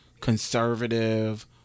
conservative